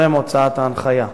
טרם הוצאת ההנחיה.